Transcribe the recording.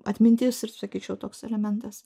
atmintis ir sakyčiau toks elementas